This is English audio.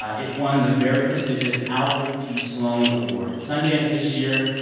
ah it won the very prestigious alfred p. sloan award at sundance this year.